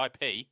ip